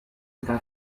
war